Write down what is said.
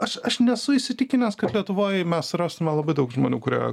aš aš nesu įsitikinęs kad lietuvoj mes rastume labai daug žmonių kurie